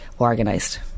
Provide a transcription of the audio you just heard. organised